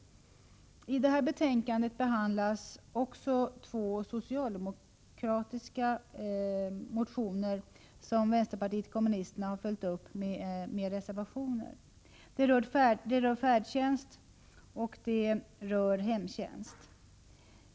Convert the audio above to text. I detta betänkande behandlas också två socialdemokratiska motioner, som vpk har följt upp med reservationer. De rör färdtjänst och hemtjänst.